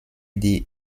die